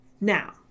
Now